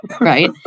right